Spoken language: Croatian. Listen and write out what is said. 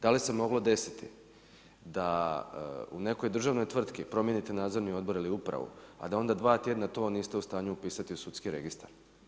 Da li se moglo desiti da u nekoj državnoj tvrtki promijenite Nadzorni odbor ili upravu, a da onda dva tjedna to niste u stanju upisati u sudski registar.